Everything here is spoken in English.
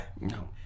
no